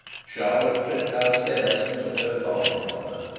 charlotte tripped downstairs and took her bonnet from her,